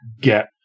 get